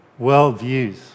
worldviews